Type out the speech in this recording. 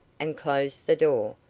and closed the door,